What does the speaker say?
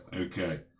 Okay